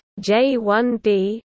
J1B